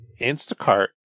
Instacart